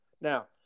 Now